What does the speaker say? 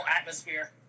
atmosphere